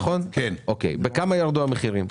בכמה ירדו המחירים?